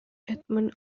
edmond